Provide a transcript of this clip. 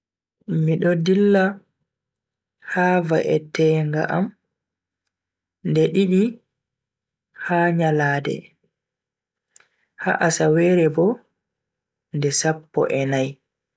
Mi do dilla ha va'etenga nde didi ha yalande, ha asawere bo nde sappo e nai.